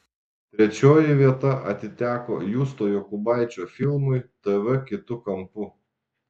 trečioji vieta atiteko justo jokubaičio filmui tv kitu kampu